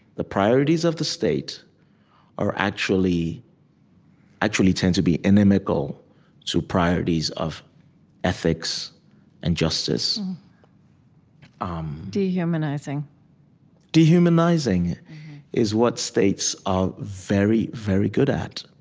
the priorities of the state actually actually tend to be inimical to priorities of ethics and justice um dehumanizing dehumanizing is what states are very, very good at,